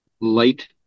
light